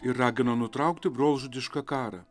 ir ragino nutraukti brolžudišką karą